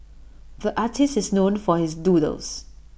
the artist is known for his doodles